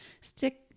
stick